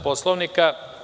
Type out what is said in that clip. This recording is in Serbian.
Poslovnika.